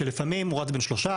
לפעמים הוא רץ בין שלושה,